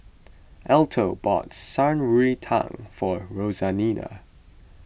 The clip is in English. Alto bought Shan Rui Tang for Roseanna